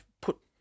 put